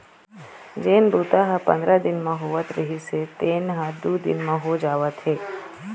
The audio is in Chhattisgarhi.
जेन बूता ह पंदरा दिन म होवत रिहिस हे तेन ह दू दिन म हो जावत हे